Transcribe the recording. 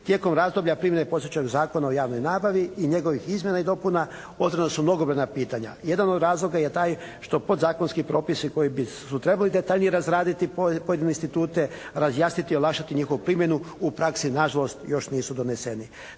Tijekom razdoblja primjene postojećeg Zakona o javnoj nabavi i njegovih izmjena i dopuna otvorena su mnogobrojna pitanja. Jedan od razloga je taj što podzakonski propisi koji bi su trebali detaljnije razraditi pojedine institute, razjasniti i olakšati njihovu primjenu u praksi na žalost još nisu doneseni.